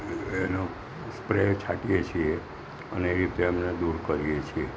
એનો સ્પ્રે છાંટીએ છીએ અને એ રીતે એમને દૂર કરીએ છીએ